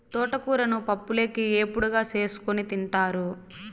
తోటకూరను పప్పులోకి, ఏపుడుగా చేసుకోని తింటారు